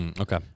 Okay